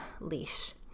leash